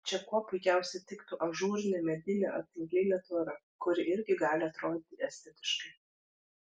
čia kuo puikiausiai tiktų ažūrinė medinė ar tinklinė tvora kuri irgi gali atrodyti estetiškai